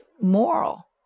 moral